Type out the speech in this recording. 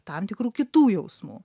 tam tikrų kitų jausmų